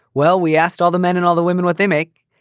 well, we asked all the men and all the women what they make.